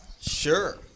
sure